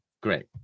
great